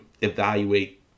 evaluate